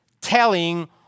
telling